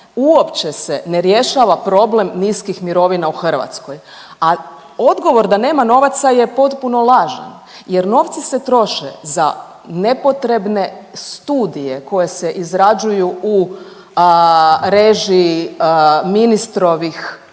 uopće se ne rješava problem niskih mirovina u Hrvatskoj, a odgovor da nema novaca je potpuno lažan jer novci se troše za nepotrebne studije koje se izrađuju u režiji ministrovih